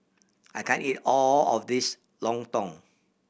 I can't eat all of this lontong